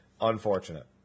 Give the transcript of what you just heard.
Unfortunate